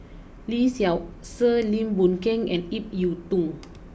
Lee Seow Ser Lim Boon Keng and Ip Yiu Tung